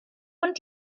und